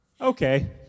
Okay